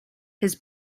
his